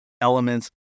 elements